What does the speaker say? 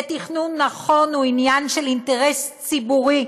ותכנון נכון הוא עניין של אינטרס ציבורי,